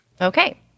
Okay